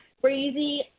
crazy